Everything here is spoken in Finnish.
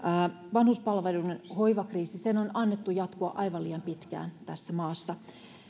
vanhuspalveluiden hoivakriisin on annettu jatkua aivan liian pitkään tässä maassa